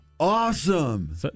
Awesome